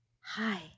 hi